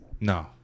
No